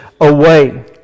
away